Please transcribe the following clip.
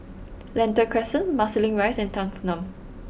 Lentor Crescent Marsiling Rise and Thanggam